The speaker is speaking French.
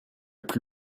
plus